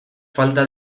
falta